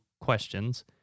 questions